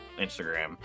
Instagram